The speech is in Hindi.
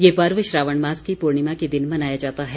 ये पर्व श्रावण मास की पूर्णिमा के दिन मनाया जाता है